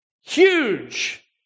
Huge